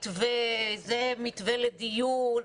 המתווה, זה מתווה לדיון.